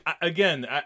Again